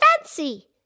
fancy